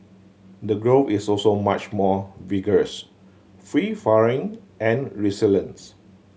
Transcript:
the growth is also much more vigorous free and resilience